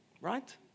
right